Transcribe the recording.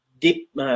deep